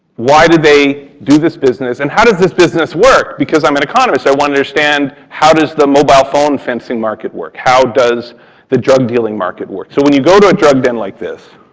why did they do this business, and how does this business work? because i'm an economist, i want to understand how does the mobile phone fencing market work? how does the drug dealing market work? so when you go to a drug den like this,